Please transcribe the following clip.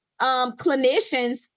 clinicians